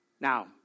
Now